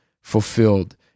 fulfilled